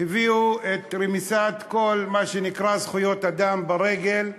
הביאו לרמיסת כל מה שנקרא זכויות אדם ברגל,